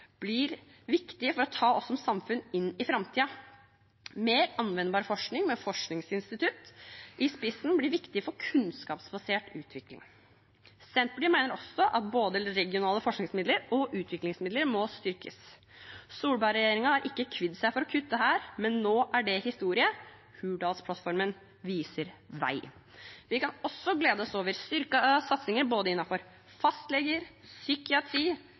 blir viktig for å ta oss som samfunn inn i framtiden. Mer anvendbar forskning med forskningsinstitutt i spissen blir viktig for kunnskapsbasert utvikling. Senterpartiet mener også at både regionale forskningsmidler og utviklingsmidler må styrkes. Solberg-regjeringen har ikke kvidd seg for å kutte her, men det er nå historie. Hurdalsplattformen viser vei. Vi kan også glede oss over styrket satsing på fastleger og psykiatri,